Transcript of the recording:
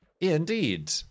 Indeed